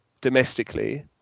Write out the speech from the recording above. domestically